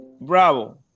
Bravo